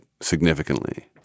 significantly